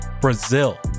Brazil